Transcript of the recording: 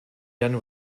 done